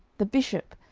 the bishop,